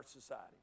society